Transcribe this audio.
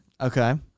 Okay